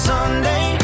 Sunday